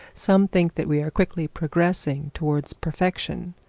some think that we are quickly progressing towards perfection,